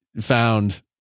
found